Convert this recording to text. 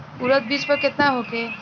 उरद बीज दर केतना होखे?